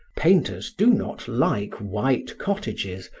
painters do not like white cottages,